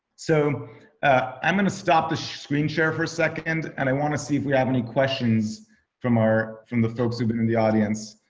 so i'm gonna stop the screen share for a second. and i want to see if we have any questions from our. from the folks who've been in the audience.